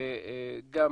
גם